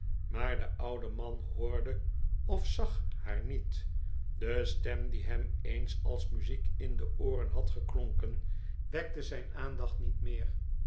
maar de oude man hoorde of zag haar niet de stem die hem eens als muziek in de ooren had geklonken wekte zijn aandacht niet meer